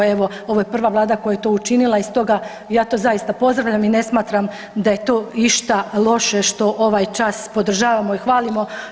Evo ovo je prva Vlada koja je to učinila i stoga ja to zaista pozdravljam i ne smatram da je to išta loše što ovaj čas podržavamo i hvalimo.